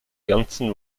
ganzen